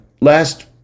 last